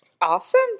Awesome